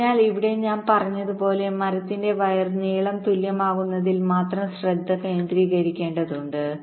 അതിനാൽ ഇവിടെ ഞാൻ പറഞ്ഞതുപോലെ മരത്തിന്റെ വയർ നീളം തുല്യമാക്കുന്നതിൽ മാത്രം ശ്രദ്ധ കേന്ദ്രീകരിക്കേണ്ടതുണ്ട്